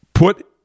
put